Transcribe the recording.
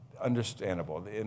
Understandable